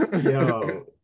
Yo